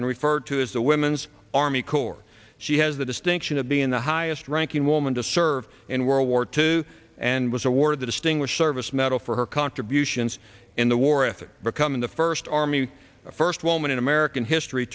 and referred to as the women's army corps she has the distinction of being the highest ranking woman to serve in world war two and was awarded the distinguished service medal for her contributions in the war effort becoming the first army first woman in american history